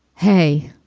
hey